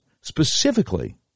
specifically